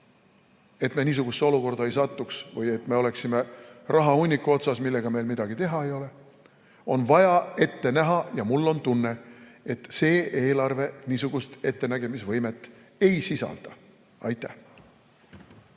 Et me niisugusesse olukorda ei satuks, et me ei oleks rahahunniku otsas, millega meil midagi teha ei ole, on vaja ette näha. Aga mul on tunne, et see eelarve niisugust ettenägemisvõimet ei sisalda. Aitäh!